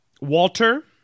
Walter